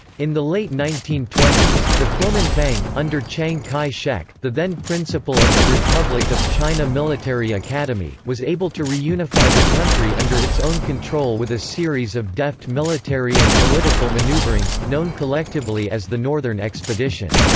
in the late nineteen twenty s, the kuomintang, under chiang kai-shek, the then principal of the republic of china military academy, was able to reunify the country under its own control with a series of deft military and political maneuverings, known collectively as the northern expedition.